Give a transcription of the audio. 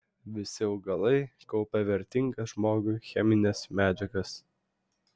visi augalai kaupia vertingas žmogui chemines medžiagas